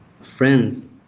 friends